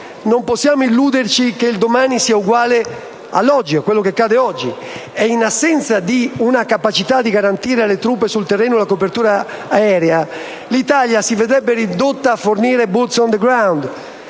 non possiamo illuderci che il domani sia uguale a quello che accade oggi. E in assenza di una capacità di garantire alle truppe sul terreno la copertura aerea, l'Italia si vedrebbe ridotta a fornire *boots on the ground*,